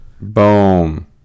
Boom